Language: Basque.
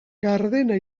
gardena